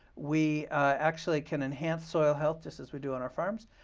we actually can enhance soil health just as we do on our farms.